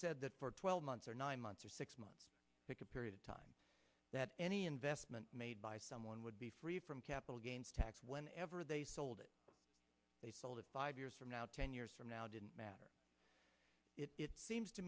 said that for twelve months or nine months or six months pick a period of time that any investment made by someone would be free from capital gains tax when ever they sold it they sold it five years from now ten years from now didn't matter it seems to